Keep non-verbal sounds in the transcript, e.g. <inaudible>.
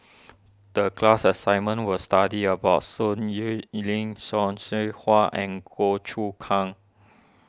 the class assignment was study about Sun Xueling <unintelligible> Seow Hwa and Goh Choon Kang